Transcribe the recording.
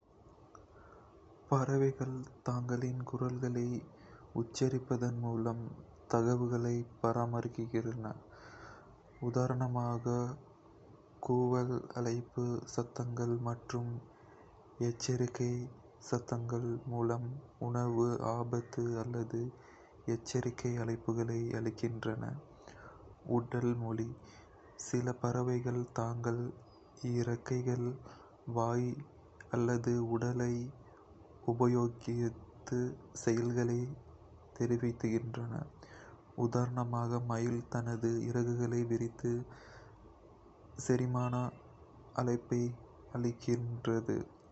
பறவைகள் தங்களின் குரல்களை உச்சரிப்பதன் மூலம் தகவல்களை பரிமாறுகின்றன. உதாரணமாக, கூவல், அழைப்பு சத்தங்கள், மற்றும் எச்சரிக்கை சத்தங்கள் மூலம், உணவு, ஆபத்து அல்லது சேர்க்கை அழைப்புகளை அளிக்கின்றன. உடல் மொழி சில பறவைகள் தங்கள் இறக்கைகள், வாயு அல்லது உடலை உபயோகித்து செய்திகளை தெரிவிக்கின்றன. உதாரணமாக, மயில் தனது இறகுகளை விரித்து செரிமான அழைப்பை அளிக்கிறது. பார்வை சைகைகள் சில பறவைகள் வண்ணமயமான இறகுகள் அல்லது வடிவங்களை காண்பிப்பதன் மூலம் மற்ற பறவைகளுக்கு தகவல்களைத் தருகின்றன.